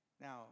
now